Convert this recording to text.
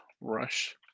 rush